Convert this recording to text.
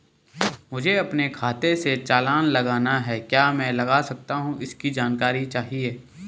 मुझे अपने खाते से चालान लगाना है क्या मैं लगा सकता हूँ इसकी जानकारी चाहिए?